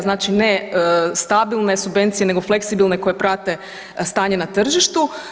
Znači ne stabilne subvencije, nego fleksibilne koje prate stanje na tržištu.